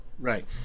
Right